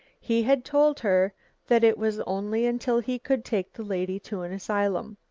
he had told her that it was only until he could take the lady to an asylum.